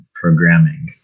programming